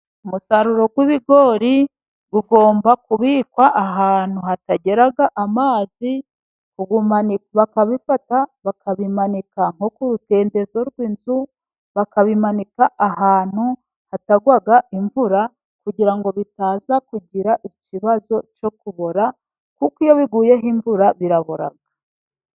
Umusaruro w'ibigori ugomba kubikwa ahantu hatagera amazi, bakabifata bakabimanika nko ku rutendezo rw'inzu, bakabimanika ahantu hatagwa imvura, kugira ngo bitaza kugira ikibazo cyo kubora, kuko iyo biguyeho imvura birabora.